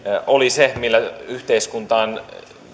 oli se millä yhteiskuntaan